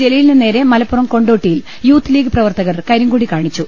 ജലീലിനുനേരെ മലപ്പുറം കൊണ്ടോട്ടിയിൽ Youth League പ്രവർത്തകർ കരിങ്കൊടി കാണിച്ചു